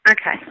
Okay